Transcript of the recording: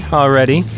already